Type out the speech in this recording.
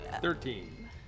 Thirteen